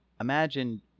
imagine